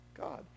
God